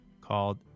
called